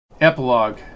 Epilogue